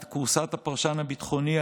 את כורסת הפרשן הביטחוני,